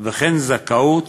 היא זכאית